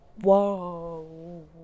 Whoa